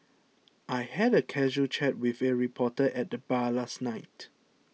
I had a casual chat with a reporter at the bar last night